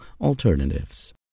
alternatives